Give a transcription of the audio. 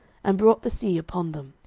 and brought the sea upon them,